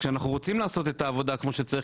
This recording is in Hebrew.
כשאנחנו רוצים לעשות את העבודה כמו שצריך